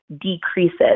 decreases